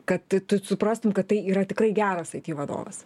kad tu suprastum kad tai yra tikrai geras aiti vadovas